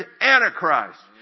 Antichrist